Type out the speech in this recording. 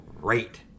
Great